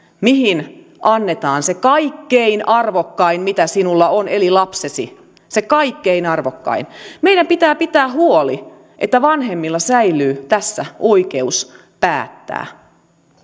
mihin annetaan se kaikkein arvokkain mitä sinulla on eli lapsesi se kaikkein arvokkain meidän pitää pitää huoli että vanhemmilla säilyy tässä oikeus päättää